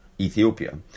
Ethiopia